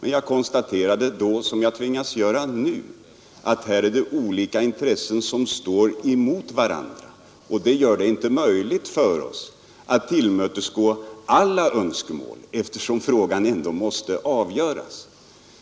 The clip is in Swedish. Men jag konstaterade då, som jag tvingas göra nu, att här är det olika intressen som står mot varandra, och det gör att det inte är möjligt för oss att tillmötesgå alla önskemål, eftersom frågan ändå måste avgöras.